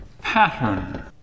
pattern